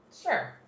Sure